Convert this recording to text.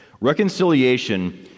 Reconciliation